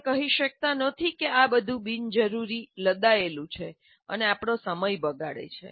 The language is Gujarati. તમે કહી શકતા નથી કે આ બધુ બિનજરૂરી લદાયેલૂ છે અને આપણો સમય બગાડે છે